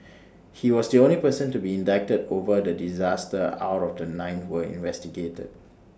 he was the only person to be indicted over the disaster out of the nine were investigated